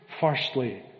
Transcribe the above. firstly